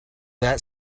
that